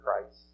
Christ